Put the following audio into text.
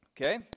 Okay